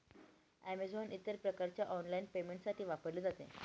Amazon इतर प्रकारच्या online पेमेंटसाठी वापरले जाते